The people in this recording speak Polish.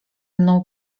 mną